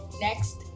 Next